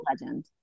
legend